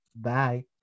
Bye